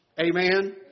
Amen